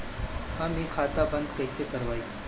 हम इ खाता बंद कइसे करवाई?